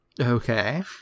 Okay